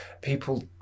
people